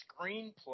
screenplay